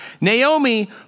Naomi